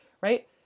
right